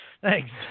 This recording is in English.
Thanks